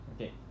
okay